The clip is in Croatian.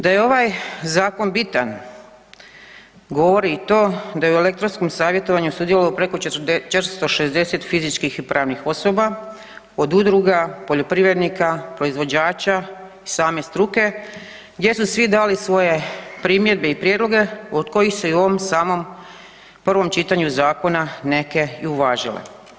Da je ovaj zakon bitan govori i to da je u elektronskom savjetovanju sudjelovalo preko 460 fizičkih i pravnih osoba od udruga, poljoprivrednika, proizvođača i same struke gdje su svi dali svoje primjedbe i prijedloge od kojih se i u ovom samom prvom čitanju zakona neke i uvažile.